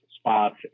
spots